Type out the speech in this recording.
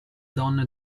donne